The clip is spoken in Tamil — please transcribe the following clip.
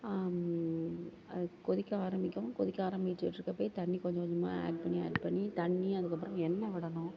அது கொதிக்க ஆரம்பிக்கவும் அது கொதிக்க ஆரம்பிச்சிட்ருக்கப்பையே தண்ணி கொஞ்சம் கொஞ்சோமாக ஆட் பண்ணி ஆட் பண்ணி தண்ணி அதுக்கு அப்பறம் எண்ணெய் விடணும்